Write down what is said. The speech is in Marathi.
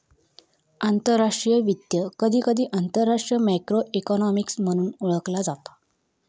आंतरराष्ट्रीय वित्त, कधीकधी आंतरराष्ट्रीय मॅक्रो इकॉनॉमिक्स म्हणून ओळखला जाता